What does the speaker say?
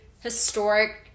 historic